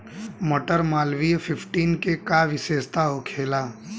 मटर मालवीय फिफ्टीन के का विशेषता होखेला?